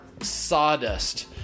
sawdust